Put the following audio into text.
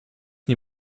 nie